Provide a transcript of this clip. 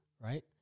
Right